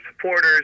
supporters